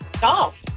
Golf